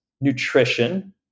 nutrition